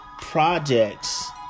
projects